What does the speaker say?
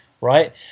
right